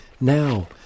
Now